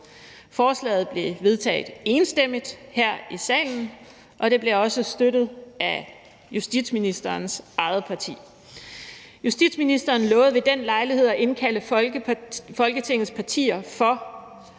Forslaget blev vedtaget enstemmigt her i salen, og det blev også støttet af justitsministerens eget parti. Justitsministeren lovede ved den lejlighed at indkalde Folketingets partier for